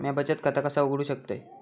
म्या बचत खाता कसा उघडू शकतय?